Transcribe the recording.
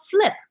flip